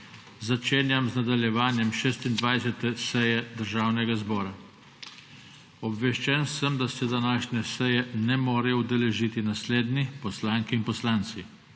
Začenjam z nadaljevanjem 26. seje Državnega zbora. Obveščen sem, da se današnje seje ne morejo udeležiti naslednji poslanke in poslanci: